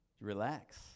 Relax